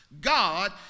God